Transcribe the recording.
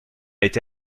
été